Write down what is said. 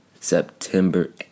September